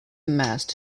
amassed